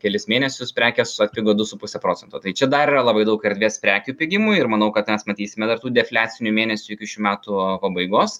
kelis mėnesius prekės atpigo du su puse procento tai čia dar yra labai daug erdvės prekių pigimui ir manau kad mes matysime dar tų defliacinių mėnesių iki šių metų pabaigos